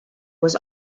was